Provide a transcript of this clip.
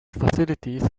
facilities